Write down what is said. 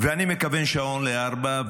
ואני מכוון שעון ל-04:00,